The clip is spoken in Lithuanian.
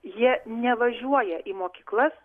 jie nevažiuoja į mokyklas